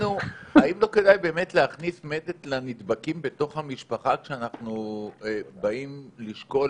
האם לא כדאי באמת להכניס מדד לתוך המשפחה כשאנחנו באים לשקול,